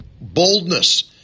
boldness